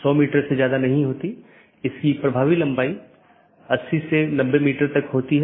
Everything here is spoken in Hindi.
तो AS के भीतर BGP का उपयोग स्थानीय IGP मार्गों के विज्ञापन के लिए किया जाता है